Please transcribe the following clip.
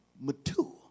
mature